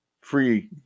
free